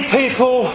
people